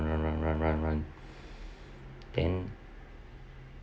run run run run then